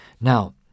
Now